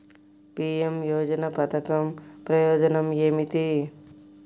PM యోజన పధకం ప్రయోజనం ఏమితి?